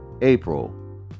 April